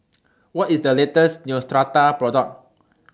What IS The latest Neostrata Product